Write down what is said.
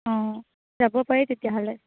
অঁ যাব পাৰি তেতিয়াহ'লে